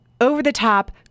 over-the-top